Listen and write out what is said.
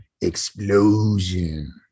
Explosion